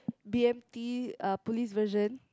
B_M_T uh police version